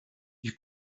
you